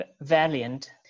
valiant